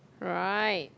right